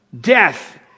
death